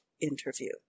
interview